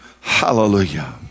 Hallelujah